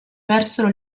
persero